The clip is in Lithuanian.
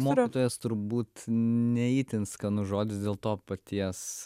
mokytojas turbūt ne itin skanus žodis dėl to paties